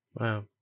Wow